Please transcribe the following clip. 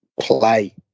play